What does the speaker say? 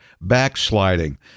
backsliding